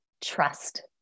Trust